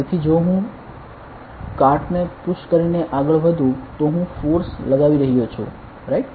તેથી જો હું કાર્ટ ને પુશ કરીને આગળ વધું તો હું ફોર્સ લગાવી રહ્યો છું રાઇટ